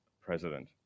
president